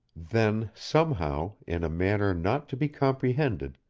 then somehow, in a manner not to be comprehended,